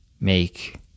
make